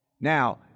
Now